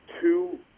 two